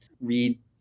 read